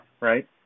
right